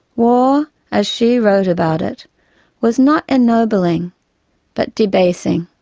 war as she wrote about it was not ennobling but debasing,